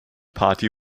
party